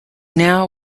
now